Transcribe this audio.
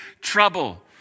trouble